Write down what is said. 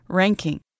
ranking